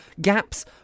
gaps